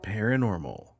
Paranormal